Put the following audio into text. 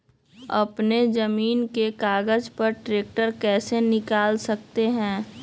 अपने जमीन के कागज पर ट्रैक्टर कैसे निकाल सकते है?